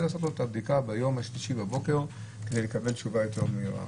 לעשות את הבדיקה ביום השלישי בבוקר כדי לקבל תשובה יותר מהירה,